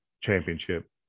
championship